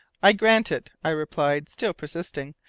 i grant it, i replied, still persisting.